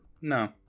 No